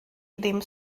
ddim